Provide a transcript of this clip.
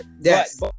Yes